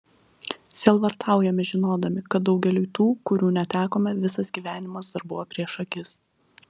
sielvartaujame žinodami kad daugeliui tų kurių netekome visas gyvenimas dar buvo prieš akis